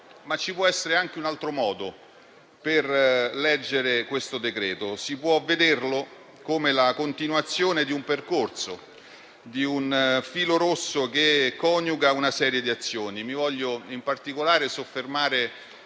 Ma ci può essere anche un altro modo per leggere questo provvedimento. Lo si può vedere come la continuazione di un percorso, di un filo rosso che coniuga una serie di azioni. Mi voglio in particolare soffermare